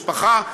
משפחה,